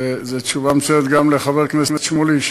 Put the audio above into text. וזאת תשובה מצוינת גם לחבר הכנסת שמולי,